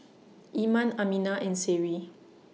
Iman Aminah and Seri